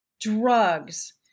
drugs